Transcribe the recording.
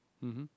mmhmm